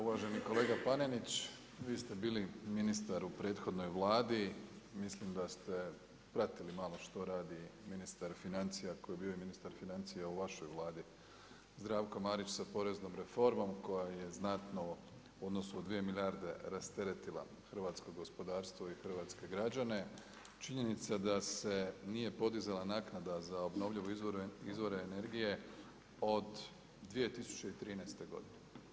Uvaženi kolega Panenić, vi ste bili ministar u prethodnoj Vladi, mislim da ste pratili malo što radi ministar financija koji je bio i ministar financija u vašoj Vladi, Zdravko Marić sa poreznom reformom koja je znatno u odnosu na 2 milijarde rasteretila hrvatsko gospodarstvo i hrvatske građane, činjenica da se nije podizala naknada za obnovljive izvore energije od 2013. godine.